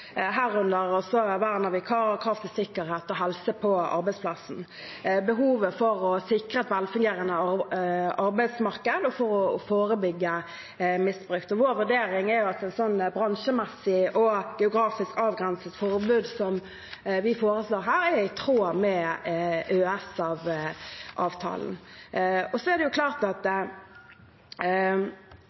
herunder også vern av vikarer, krav til sikkerhet og helse på arbeidsplassen og behovet for å sikre et velfungerende arbeidsmarked og forebygge misbruk. Vår vurdering er at et slikt bransjemessig og geografisk avgrenset forbud som vi foreslår her, er i tråd med EØS-avtalen. Når det gjelder likebehandlingsreglene, er det jo slik at